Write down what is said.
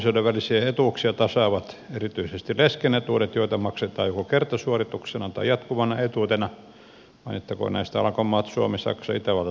puolisoiden välisiä etuuksia tasaavat erityisesti lesken etuudet joita maksetaan joko kertasuorituksena tai jatkuvana etuutena mainittakoon maista alankomaat suomi saksa itävalta tanska